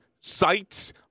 sites